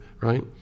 right